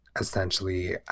essentially